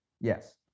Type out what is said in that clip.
Yes